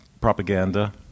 propaganda